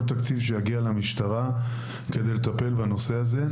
תקציב שיגיע למשטרה כדי לטפל בנושא הזה.